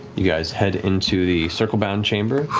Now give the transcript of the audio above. you guys head into the circlebound chamber.